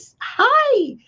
hi